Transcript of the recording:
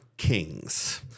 kings